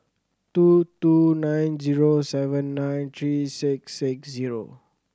two two nine zero seven nine three six six zero